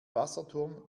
wasserturm